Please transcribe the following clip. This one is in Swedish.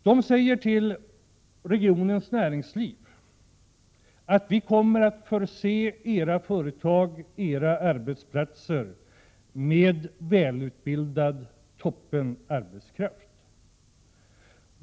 De säger till regionens näringsliv att vi kommer att förse dess företag och arbetsplatser med välutbildad toppenarbetskraft.